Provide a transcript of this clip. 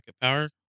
power